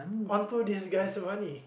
on to this guy's money